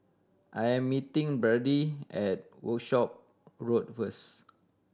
I'm meeting Byrdie at Workshop Road first